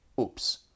Oops